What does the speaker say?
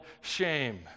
shame